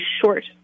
short